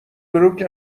بروک